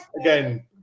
again